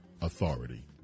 authority